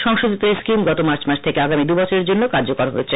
সংশোধিত এই স্কিম গত মার্চ মাস থেকে আগামী দুবছরের জন্য কার্যকর করা হয়েছে